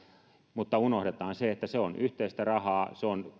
mutta unohdetaan se että se on yhteistä rahaa